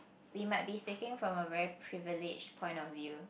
we might be speaking from a very privileged point of view